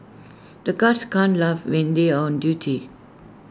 the guards can't laugh when they are on duty